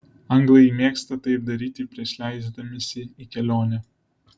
anglai mėgsta taip daryti prieš leisdamiesi į kelionę